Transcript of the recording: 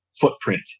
footprint